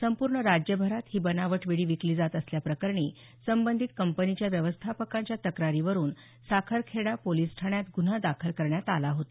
संपूर्ण राज्यभरात ही बनावट विडी विकली जात असल्याप्रकरणी संबंधित कंपनीच्या व्यवस्थापकांच्या तक्रारीवरून साखरखेर्डा पोलीस ठाण्यात गुन्हा दाखल करण्यात आला होता